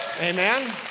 amen